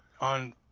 On